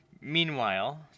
Meanwhile